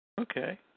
Okay